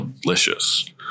delicious